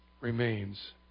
remains